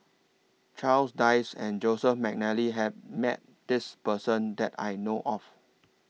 Charles Dyce and Joseph Mcnally Have Met This Person that I know of